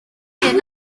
hŷn